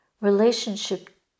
relationship